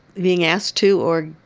being asked to or,